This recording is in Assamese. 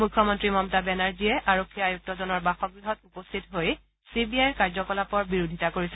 মুখ্যমন্ত্ৰী মমতা বেনাৰ্জীয়ে আৰক্ষী আয়ুক্জনৰ বাসগৃহত উপস্থিত হৈ চি বি আইৰ কাৰ্যকলাপৰ বিৰোধিতা কৰিছিল